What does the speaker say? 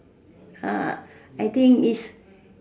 ah I think is